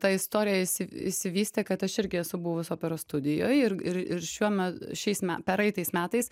ta istorija išsi išsivystė kad aš irgi esu buvus operos studijoj ir ir ir šiuo me šiais me pereitais metais